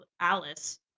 Alice